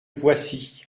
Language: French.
poissy